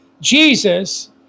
Jesus